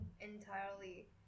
entirely